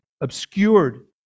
obscured